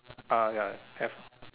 uh ya have